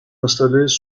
installées